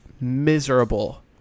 miserable